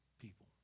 people